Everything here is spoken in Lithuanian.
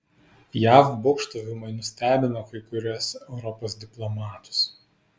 jav būgštavimai nustebino kai kuriuos europos diplomatus